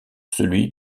celui